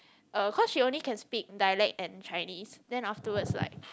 uh cause she only can speak dialect and Chinese then afterwards like